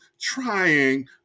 trying